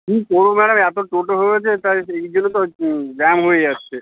হুম করবো ম্যাডাম এত টোটো রয়েছে তাই এই জন্য তো জ্যাম হয়ে যাচ্ছে